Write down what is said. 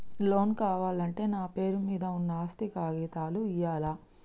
Loan కావాలంటే నా పేరు మీద ఉన్న ఆస్తి కాగితాలు ఇయ్యాలా?